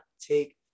take